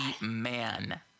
man